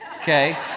Okay